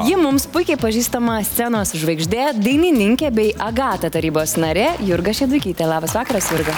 ji mums puikiai pažįstama scenos žvaigždė dainininkė bei agata tarybos narė jurga šeduikytė labas vakaras jurga